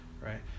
right